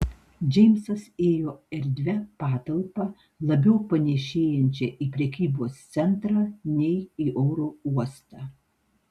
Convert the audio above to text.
džeimsas ėjo erdvia patalpa labiau panėšėjančia į prekybos centrą nei į oro uostą